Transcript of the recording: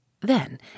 Then